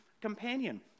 companion